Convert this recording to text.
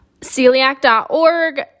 Celiac.org